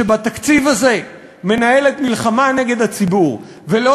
שבתקציב הזה מנהלת מלחמה נגד הציבור ולא